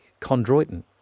chondroitin